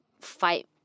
fight